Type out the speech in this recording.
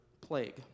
plague